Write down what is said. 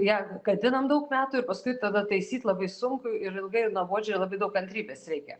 jeigu gadinam daug metų ir paskui tada taisyt labai sunku ir ilgai ir nuobodžiai ir labai daug kantrybės reikia